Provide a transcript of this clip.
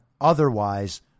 otherwise